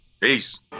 Peace